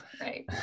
right